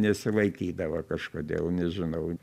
nesilaikydavo kažkodėl nežinau